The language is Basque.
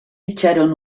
itxaron